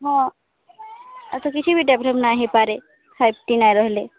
ହଁ ଆଚ୍ଛା କିଛି ବି ଡେଭ୍ଲପ୍ ନାହିଁ ହେଇପାରେ ଫାଇଭ୍ ଟି ନାଇଁ ରହିଲେ